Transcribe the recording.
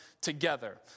together